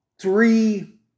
three